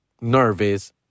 nervous